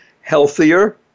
healthier